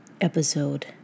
episode